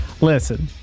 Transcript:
Listen